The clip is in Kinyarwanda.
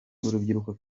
urubyiruko